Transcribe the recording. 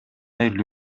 эле